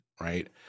right